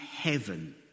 heaven